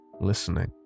listening